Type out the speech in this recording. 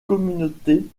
communautés